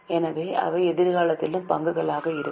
எனவே அவை எதிர்காலத்திலும் பங்குகளாக இருக்கும்